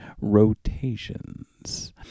Rotations